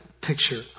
picture